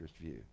view